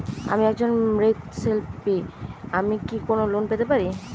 আমি একজন মৃৎ শিল্পী আমি কি কোন লোন পেতে পারি?